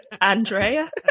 Andrea